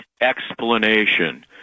explanation